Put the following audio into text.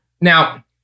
Now